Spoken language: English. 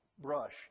brush